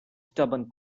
stubborn